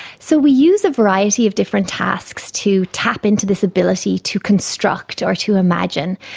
so we use a variety of different tasks to tap into this ability to construct or to imagine,